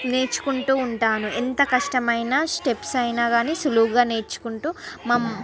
నేర్చుకుంటూ ఉంటాను ఎంత కష్టమైన స్టెప్స్ అయినా కానీ సులువుగా నేర్చుకుంటూ మా